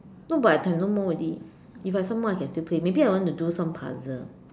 no but I have no more already if I have some more I can still play maybe I want to do some puzzle